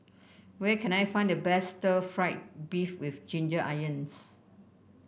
where can I find the best Stir Fried Beef with Ginger Onions